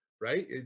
right